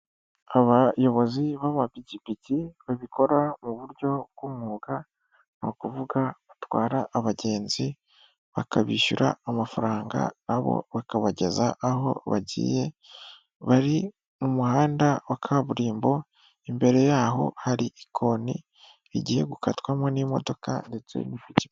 Abayobozi b'amapikipiki babikora mu buryo bw'umwuga, ni ukuvuga batwara abagenzi bakabishyura amafaranga na bo bakabageza aho bagiye, bari mu muhanda wa kaburimbo imbere ya ho hari ikoni rigiye gukatwamo n'imodoka ndetse n'ipikipiki.